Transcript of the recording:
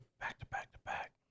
back-to-back-to-back